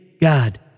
God